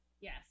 Yes